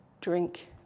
drink